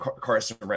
Carson